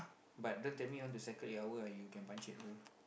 but don't tell me you want to cycle eight hour ah you can punchek bro